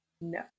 no